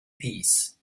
peace